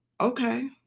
Okay